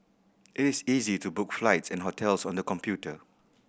it is easy to book flights and hotels on the computer